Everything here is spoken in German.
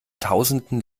tausenden